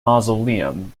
mausoleum